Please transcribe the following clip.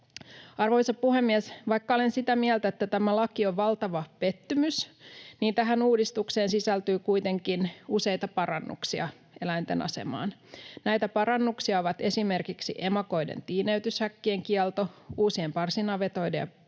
Arvoisa puhemies! Vaikka olen sitä mieltä, että tämä laki on valtava pettymys, tähän uudistukseen sisältyy kuitenkin useita parannuksia eläinten asemaan. Näitä parannuksia ovat esimerkiksi emakoiden tiineytyshäkkien kielto, uusien parsinavetoiden ja